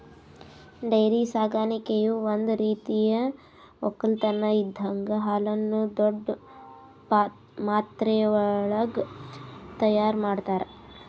dairy ಸಾಕಾಣಿಕೆಯು ಒಂದ್ ರೀತಿಯ ಒಕ್ಕಲತನ್ ಇದರಾಗ್ ಹಾಲುನ್ನು ದೊಡ್ಡ್ ಮಾತ್ರೆವಳಗ್ ತೈಯಾರ್ ಮಾಡ್ತರ